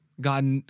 God